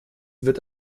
wird